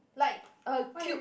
like a Cube